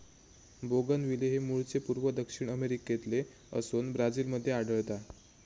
bougainvillea हे मूळचे पूर्व दक्षिण अमेरिकेतले असोन ब्राझील मध्ये आढळता